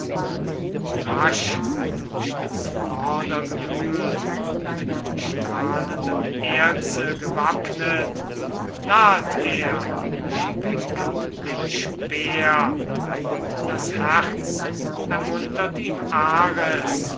rasch durch das vordergewühl mit strahlendem erze gewappnet nahet er schwenkend den speer und das herz ermuntert ihm